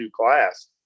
class